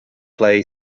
play